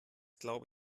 glaube